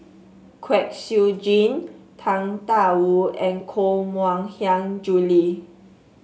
Kwek Siew Jin Tang Da Wu and Koh Mui Hiang Julie